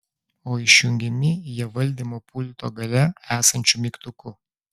o išjungiami jie valdymo pulto gale esančiu mygtuku